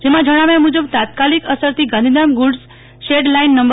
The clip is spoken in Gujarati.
જેમાં જણાવ્યા મુજબ તાત્કાલિક અસરથી ગાંધીધામ ગુડ્ઝ શેડ લાઈન નં